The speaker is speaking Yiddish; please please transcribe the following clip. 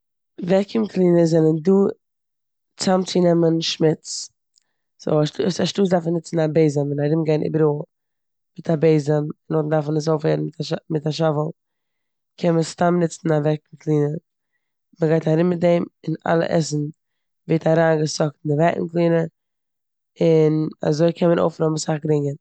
וועקיום קלינערס זענען דא צאמצונעמען שמוץ, סאו ס- ס- אנשטאט דארפן נוצן א בעזעם און ארומגיין איבעראל מיט א בעזעם, נאכדעם דארף מען עס אויפהייבן מיט א שאוול קען מען סתם נוצן א וועקיום קלינער, מ'גייט ארום מיט דעם און אלע עסן ווערט אריינגעסאקט אין די וועקיום קלינער און אזוי קען מען אויפרוימען סאך גרינג-.